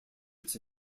its